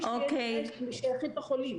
אין מי שיאכיל, שינקה, שירחץ את החולים.